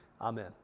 Amen